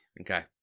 Okay